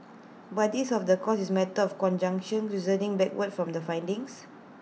but this of the course is matter of conjunction reasoning backward from the findings